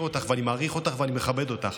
אותך ואני מעריך אותך ואני מכבד אותך,